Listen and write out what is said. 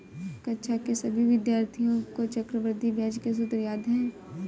कक्षा के सभी विद्यार्थियों को चक्रवृद्धि ब्याज के सूत्र याद हैं